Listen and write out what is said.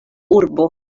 urbo